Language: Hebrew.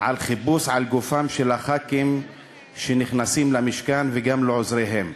לערוך חיפוש על גופם של חברי הכנסת שנכנסים למשכן וגם של עוזריהם.